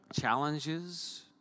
challenges